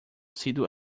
sido